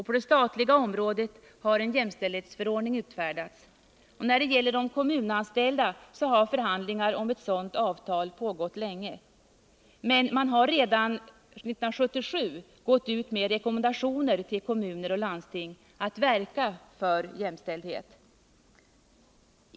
På det statliga området har en jämställdhetsförordning utfärdats. När det gäller de kommunanställda så har förhandlingar om ett jämställdhetsavtal pågått länge. Men man har redan 1977 gått ut med rekommendationer till kommuner och landsting att verka för jämställdhet.